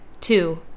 Two